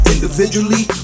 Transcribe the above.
Individually